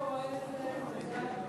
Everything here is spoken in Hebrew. הרווחה והבריאות נתקבלה.